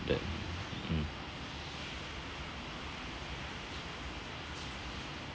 the mm